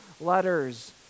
letters